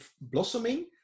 blossoming